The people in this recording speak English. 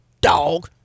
Dog